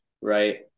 Right